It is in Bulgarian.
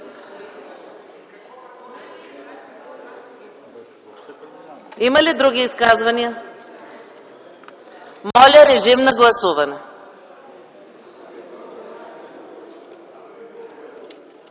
Има ли други изказвания? Няма. Моля, режим на гласуване.